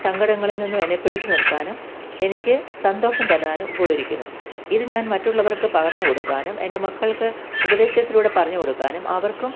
സങ്കടങ്ങളിൽ നിന്നും എന്നെ പിടിച്ച് നിർത്താനും എനിക്ക് സന്തോഷം തരാനും ഉപകരിക്കുന്നു ഇത് ഞാൻ മറ്റുള്ളവർക്ക് പകർന്ന് കൊടുക്കാനും എന്റെ മക്കൾക്ക് ഉപദേശത്തിലൂടെ പറഞ്ഞ് കൊടുക്കാനും അവർക്ക്